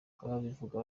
ababivuga